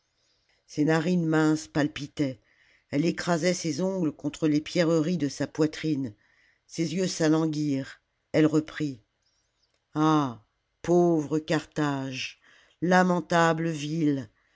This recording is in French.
ses narines minces palpitaient elle écrasait ses ongles contre les pierreries de sa poitrine ses jeux s'alanguirent elle reprit ah pauvre carthage lamentable ville